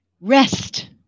rest